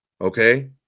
Okay